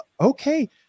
Okay